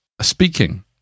speaking